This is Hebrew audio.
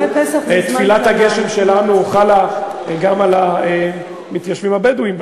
תפילת הגשם שלנו חלה גם על המתיישבים הבדואים בנגב.